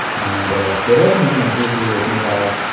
and they've also mentioned entry fee, opening ah hours.